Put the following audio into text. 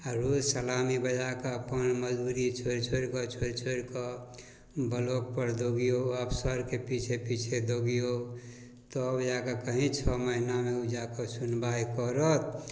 आओर रोज सलामी बजाकऽ अपन मजदूरी छोड़ि छोड़िकऽ छोड़ि छोड़िकऽ ब्लॉकपर दौगिऔ अफसरके पिछे पिछे दौगिऔ तब जाकऽ कहीँ छओ महिनामे ओ जाकऽ सुनवाइ करत